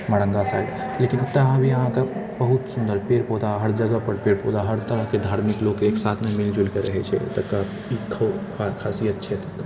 मरङ्गा side लेकिन ओतऽ अभी अहाँके बहुत सुन्दर पेड़ पौधा हर जगहपर पेड़ पौधा हर तरहके धार्मिक लोक एक साथमे मिल जुलिकऽ रहै छै तऽ एकर ई खासियत छै एतौका